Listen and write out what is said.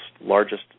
largest